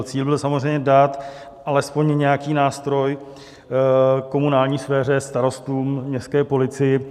Cíl byl samozřejmě dát alespoň nějaký nástroj komunální sféře, starostům, městské policii.